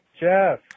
Jeff